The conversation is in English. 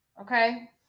okay